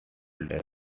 days